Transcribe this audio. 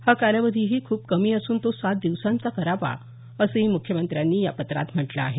हा कालावधीही खूप कमी असून तो सात दिवसांचा करावा असंही मुख्यमंत्र्यांनी या पत्रात म्हटल आहे